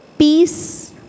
peace